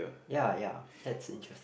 ya ya that's interesting